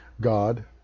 god